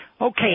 Okay